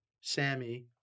Sammy